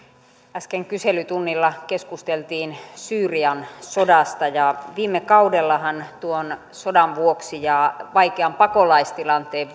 äsken kyselytunnilla keskusteltiin syyrian sodasta ja viime kaudellahan tuon sodan vuoksi ja vaikean pakolaistilanteen